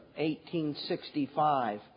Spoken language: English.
1865